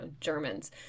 Germans